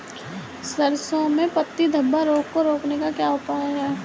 सरसों में पत्ती धब्बा रोग को रोकने का क्या उपाय है?